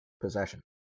possession